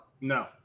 No